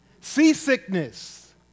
Seasickness